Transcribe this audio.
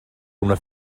una